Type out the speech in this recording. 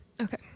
Okay